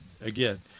again